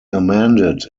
amended